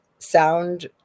sound